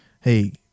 hey